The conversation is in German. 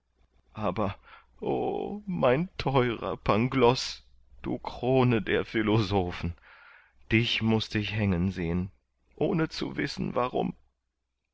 aber o mein theurer pangloß du krone der philosophen dich mußte ich hängen sehen ohne zu wissen warum